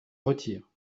retire